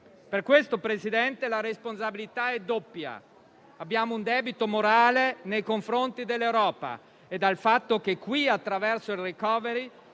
Per questo, Presidente, la responsabilità è doppia. Abbiamo un debito morale nei confronti dell'Europa, per il fatto che da questo momento, attraverso il *recovery